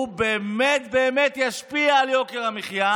שהוא באמת באמת ישפיע על יוקר המחיה,